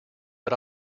but